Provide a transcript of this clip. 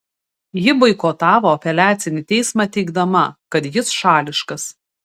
ji boikotavo apeliacinį teismą teigdama kad jis šališkas